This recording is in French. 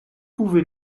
pouvez